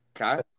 Okay